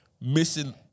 missing